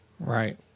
Right